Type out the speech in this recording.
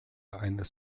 eines